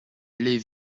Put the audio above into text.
les